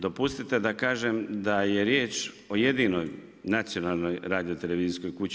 Dopustite da kažem da je riječ o jedinoj nacionalnoj radiotelevizijskoj kući.